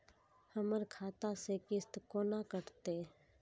हमर खाता से किस्त कोना कटतै?